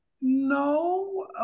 no